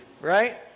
right